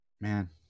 man